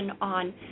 on